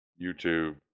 YouTube